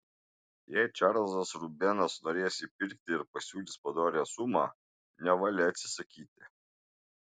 jei čarlzas rubenas norės jį pirkti ir pasiūlys padorią sumą nevalia atsisakyti